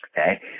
Okay